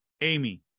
Amy